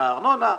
מהארנונה ומהחשמל.